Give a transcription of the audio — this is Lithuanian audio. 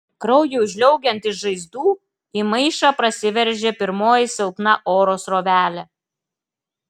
kraujui žliaugiant iš žaizdų į maišą prasiveržė pirmoji silpna oro srovelė